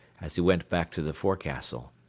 as he went back to the forecastle.